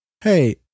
Hey